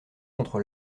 contre